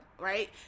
right